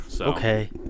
Okay